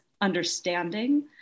understanding